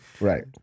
Right